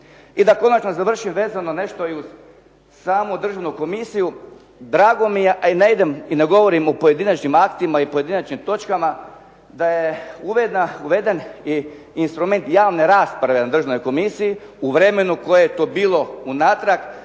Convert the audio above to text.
I da konačno završim, vezano nešto i uz samu državnu komisiju, drago mi je, a i ne idem i ne govorim o pojedinačnim aktima i pojedinačnim točkama, da je uveden i instrument javne rasprave na državnoj komisiji u vremenu koje je to bilo unatrag.